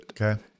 Okay